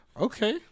Okay